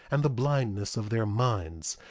and the blindness of their minds,